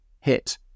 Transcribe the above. hit